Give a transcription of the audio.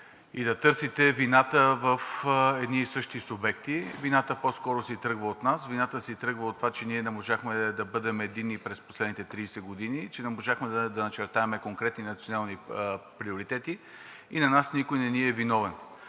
и да търсите вината в едни и същи субекти. Вината по-скоро си тръгва от нас. Вината си тръгва от това, че ние не можахме да бъдем единни през последните 30 години, че не можахме да начертаем конкретни национални приоритети и на нас никой не ни е виновен.